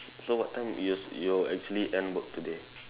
so what time you you actually end work today